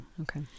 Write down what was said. Okay